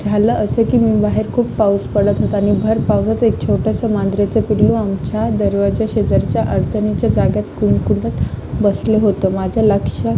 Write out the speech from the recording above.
झालं असं की मी बाहेर खूप पाऊस पडत होता नी भर पावसात एक छोटंसं मांजरीचं पिल्लू आमच्या दरवाजा शेजारच्या अडचणीच्या जागेत कुडकुडत बसलं होतं माझ्या लक्षात